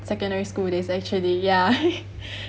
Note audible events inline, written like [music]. secondary school days actually ya [laughs]